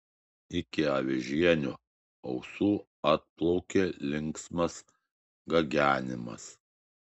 iki avižienio ausų atplaukė linksmas gagenimas